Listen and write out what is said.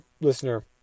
listener